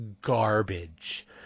garbage